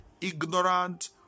ignorant